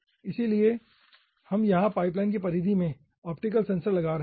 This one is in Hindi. इसलिए हम यहां पाइपलाइन की परिधि में ऑप्टिकल सेंसर लगा रहे हैं